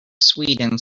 sweden